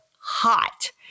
hot